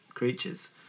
creatures